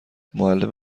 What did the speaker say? معلم